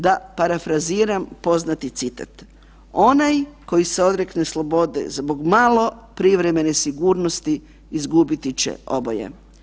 Da parafraziram poznati citat: "Onaj koji se odrekne slobode zbog malo privremene sigurnosti, izgubiti će oboje.